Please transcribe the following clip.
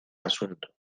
asunto